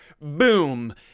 boom